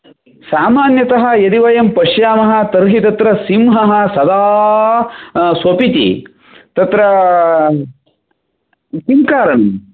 सामान्यतः यदि वयं पश्यामः तर्हि तत्र सिंहः सदा सोपिति तत्र किं कारणम्